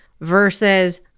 versus